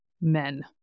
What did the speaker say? men